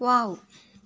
wow